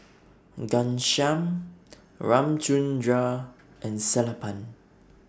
Ghanshyam Ramchundra and Sellapan